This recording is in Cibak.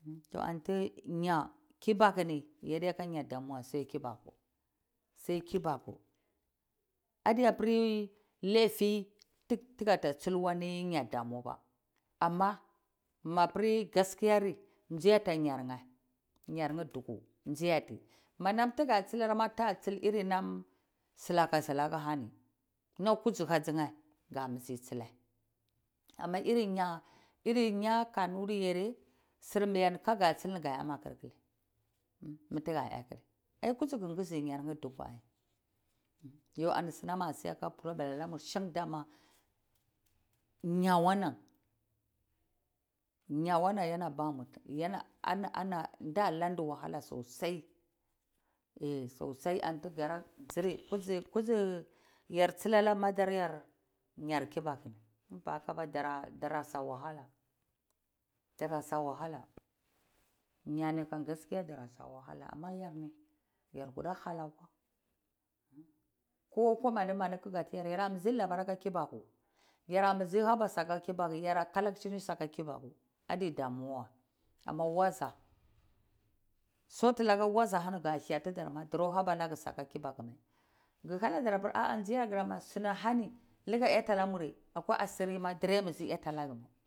To antu ya'r kobakuni yadeta ya'r damua sai kibaku, sai kibaku adebir lefi tuka tsil yar damur, amma mabso gaskiya zi ata ya'ryi tuku ziyati manam tuku zilma iri nam sikaka silakani nam kusuka ziye kasu tsila, amma iri yar kanun yene sir meyar ka kasile mi taka ayakur kisi ya'ryi tuku, ani zinam asika problem namun sank ya'r wanan wahala tsausa a tsusai artsiri kuzi yar tsilar madarye ya'r kibaku auana dara sa wahala, dara zawahala ya'a kani tswa mai dara sa wahala yarkuda halam, ko kwa mada bani kahira ya labar ka kibaku yarabara haba saka kobaku adi damua amma waza zutulaka waza ka thluder ma drapari draka kibakuwa, ka haladar sinima ala ne hani drate aziriwa